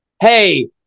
Hey